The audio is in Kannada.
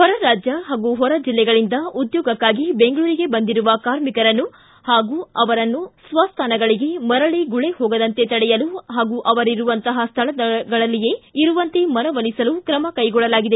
ಹೊರ ರಾಜ್ಯ ಹಾಗೂ ಹೊರ ಜಿಲ್ಲೆಗಳಿಂದ ಉದ್ಲೋಗಕ್ಷಾಗಿ ಬೆಂಗಳೂರಿಗೆ ಬಂದಿರುವ ಕಾರ್ಮಿಕರನ್ನು ಅವರ ಸ್ವಸ್ವಾನಗಳಿಗೆ ಮರಳಿ ಗುಳೆ ಹೋಗದಂತೆ ತಡೆಯಲು ಹಾಗೂ ಅವರಿರುವಂತಹ ಸ್ವಳಗಳಲ್ಲಿಯೇ ಇರುವಂತೆ ಮನವೊಲಿಸಲು ಕ್ರಮ ಕ್ಲೆಗೊಳ್ಳಲಾಗಿದೆ